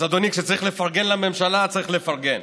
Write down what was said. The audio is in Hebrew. אז, אדוני, כשצריך לפרגן לממשלה צריך לפרגן.